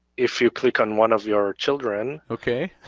if you click on one of your children, okay.